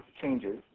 changes